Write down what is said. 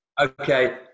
Okay